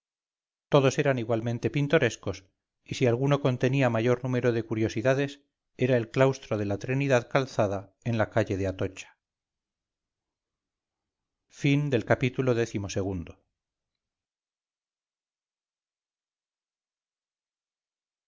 todos eran igualmente pintorescos y si alguno contenía mayor número de curiosidades era el claustro de la trinidad calzada en la calle de atocha ii